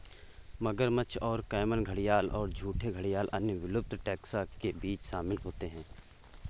मगरमच्छ और कैमन घड़ियाल और झूठे घड़ियाल अन्य विलुप्त टैक्सा के बीच शामिल होते हैं